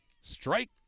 strike